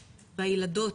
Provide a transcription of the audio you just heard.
והילדות,